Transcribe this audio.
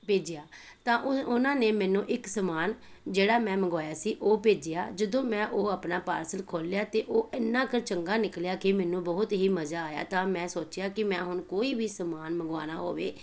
ਭੇਜਿਆ ਤਾਂ ਉਹ ਉਹਨਾਂ ਨੇ ਮੈਨੂੰ ਇੱਕ ਸਮਾਨ ਜਿਹੜਾ ਮੈਂ ਮੰਗਵਾਇਆ ਸੀ ਉਹ ਭੇਜਿਆ ਜਦੋਂ ਮੈਂ ਉਹ ਆਪਣਾ ਪਾਰਸਲ ਖੋਲ੍ਹਿਆ ਤਾਂ ਉਹ ਇੰਨਾ ਕੁ ਚੰਗਾ ਨਿਕਲਿਆ ਕਿ ਮੈਨੂੰ ਬਹੁਤ ਹੀ ਮਜ਼ਾ ਆਇਆ ਤਾਂ ਮੈਂ ਸੋਚਿਆ ਕਿ ਮੈਂ ਹੁਣ ਕੋਈ ਵੀ ਸਮਾਨ ਮੰਗਵਾਉਣਾ ਹੋਵੇ